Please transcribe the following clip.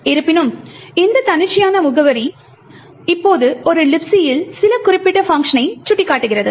இருப்பினும் இந்த தன்னிச்சையான முகவரி இப்போது ஒரு Libc இல் சில குறிப்பிட்ட பங்க்ஷனை சுட்டிக்காட்டுகிறது